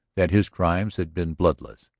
that his crimes had been bloodless,